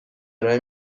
ارائه